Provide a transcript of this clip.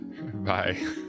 Bye